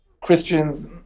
Christians